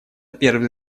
первый